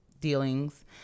dealings